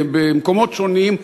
במקומות שונים,